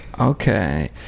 Okay